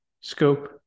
scope